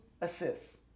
assists